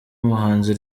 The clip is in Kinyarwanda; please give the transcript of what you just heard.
umuhanzi